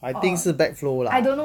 I think 是 back flow lah